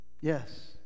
yes